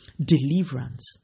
deliverance